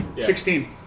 Sixteen